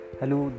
Hello